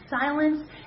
silence